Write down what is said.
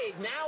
now